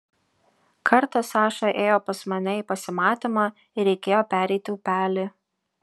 kartą saša ėjo pas mane į pasimatymą ir reikėjo pereiti upelį